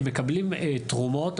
הם מקבלים תרומות,